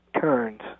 turns